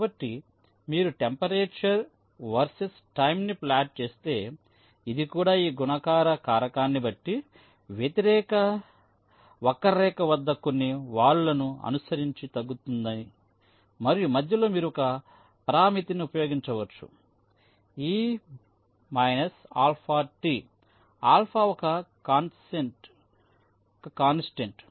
కాబట్టి మీరు temperature versus time ని ప్లాట్ చేస్తే ఇది కూడా ఈ గుణకార కారకాన్ని బట్టి వక్రరేఖ వద్ద కొన్ని వాలులను అనుసరించి తగ్గుతుంది మరియు మధ్యలో మీరు ఒక పరామితిని ఉపయోగించవచ్చు e−αT α ఒక కాన్స్టెంట్